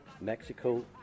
Mexico